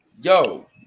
yo